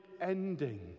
ending